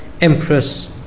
empress